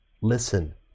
Listen